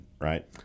right